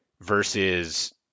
versus